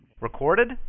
Recorded